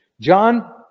John